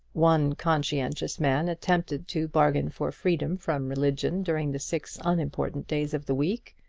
one conscientious man attempted to bargain for freedom from religion during the six unimportant days of the week,